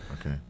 okay